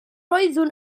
oeddwn